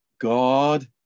God